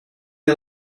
you